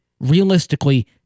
realistically